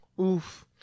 oof